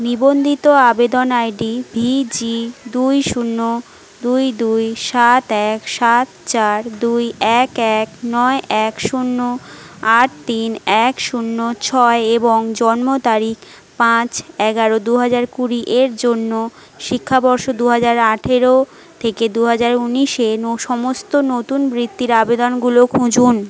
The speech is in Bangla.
নিবন্ধিত আবেদন আইডি ভিজি দুই শূন্য দুই দুই সাত এক সাত চার দুই এক এক নয় এক শূন্য আট তিন এক শূন্য ছয় এবং জন্ম তারিখ পাঁচ এগারো দু হাজার কুড়ি এর জন্য শিক্ষাবর্ষ দু হাজার আঠেরো থেকে দু হাজার ঊনিশে নো সমস্ত নতুন বৃত্তির আবেদনগুলো খুঁজুন